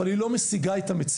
אבל היא לא משיגה את המציאות.